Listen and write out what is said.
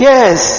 Yes